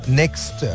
next